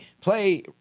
play